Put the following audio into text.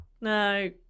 No